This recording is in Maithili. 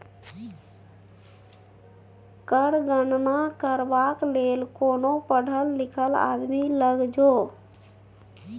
कर गणना करबाक लेल कोनो पढ़ल लिखल आदमी लग जो